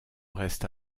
reste